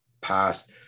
past